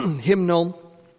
hymnal